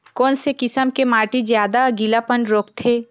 कोन से किसम के माटी ज्यादा गीलापन रोकथे?